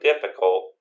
difficult